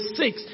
six